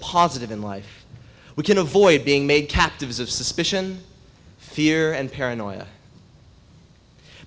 positive in life we can avoid being made captives of suspicion fear and paranoia